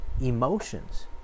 emotions